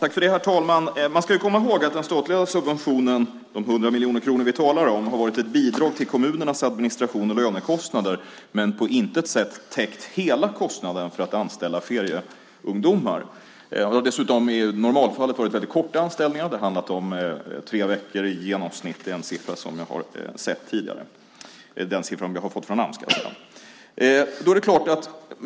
Herr talman! Man ska komma ihåg att den statliga subventionen, de 100 miljoner kronor vi talar om, har varit ett bidrag till kommunernas administrations och lönekostnader. Men de har på intet sätt täckt hela kostnaden för att anställa ferieungdomar. Det har dessutom i normalfallet varit rätt korta anställningar. Det har handlat om tre veckor i genomsnitt. Det är en siffra som vi har fått från Ams.